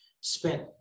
spent